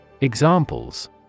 Examples